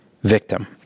Victim